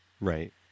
Right